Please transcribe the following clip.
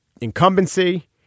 incumbency